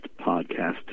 podcast